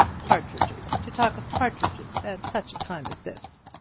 partridges! to talk of partridges at such a time as this!